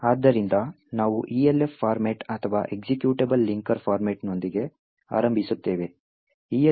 ಆದ್ದರಿಂದ ನಾವು Elf format ಅಥವಾ ಎಕ್ಸಿಕ್ಯೂಟಬಲ್ ಲಿಂಕರ್ ಫಾರ್ಮ್ಯಾಟ್ ನೊಂದಿಗೆ ಆರಂಭಿಸುತ್ತೇವೆ